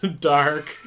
dark